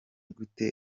gute